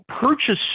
purchase